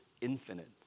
infinite